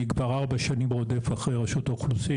אני כבר ארבע שנים רודף אחרי רשות האוכלוסין